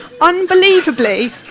Unbelievably